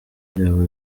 byaba